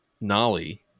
nolly